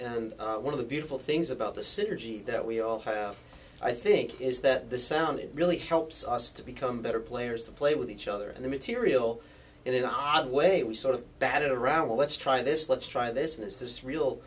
and one of the beautiful things about the synergy that we all have i think is that the sound it really helps us to become better players to play with each other and the material in an odd way we sort of batted around well let's try this let's try this is this real